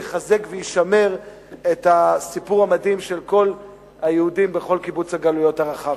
יחזק וישמר את הסיפור המדהים של כל היהודים בכל קיבוץ הגלויות הרחב.